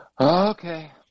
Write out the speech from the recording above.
Okay